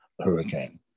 hurricane